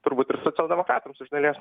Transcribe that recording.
turbūt ir socialdemokratams iš dalies